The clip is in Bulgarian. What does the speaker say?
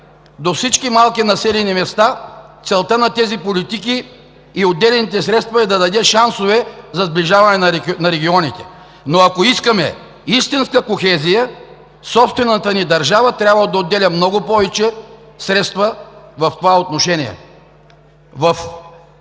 до всички малки населени места. Целта на тези политики и на отделените средства е да дадат шансове за сближаване на регионите, но ако искаме истинска кохезия, собствената ни държава трябва да отделя много повече средства в това отношение.